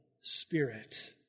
Spirit